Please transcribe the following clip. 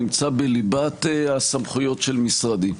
נמצא בליבת הסמכויות של משרדי.